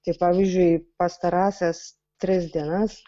kai pavyzdžiui pastarąsias tris dienas